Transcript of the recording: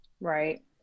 right